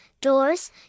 doors